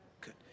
good